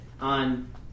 on